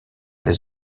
les